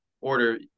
order